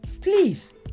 Please